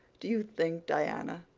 do you think, diana,